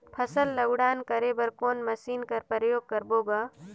फसल ल उड़ान करे बर कोन मशीन कर प्रयोग करबो ग?